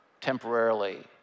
temporarily